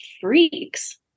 freaks